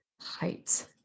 height